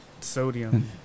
sodium